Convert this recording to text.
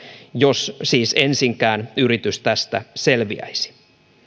jos siis ensinkään yritys tästä selviäisi